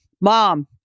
mom